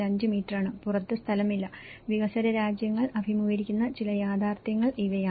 5 മീറ്ററാണ് പുറത്ത് സ്ഥലമില്ല വികസ്വര രാജ്യങ്ങൾ അഭിമുഖീകരിക്കുന്ന ചില യാഥാർത്ഥ്യങ്ങൾ ഇവയാണ്